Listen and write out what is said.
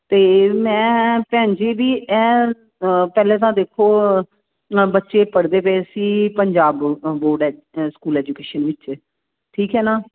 ਅਤੇ ਮੈਂ ਭੈਣ ਜੀ ਵੀ ਇਹ ਪਹਿਲਾਂ ਤਾਂ ਦੇਖੋ ਬੱਚੇ ਪੜ੍ਹਦੇ ਪਏ ਸੀ ਪੰਜਾਬ ਐ ਬੋਰਡ ਸਕੂਲ ਐਜੂਕੇਸ਼ਨ ਵਿੱਚ ਠੀਕ ਹੈ ਨਾ